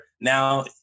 Now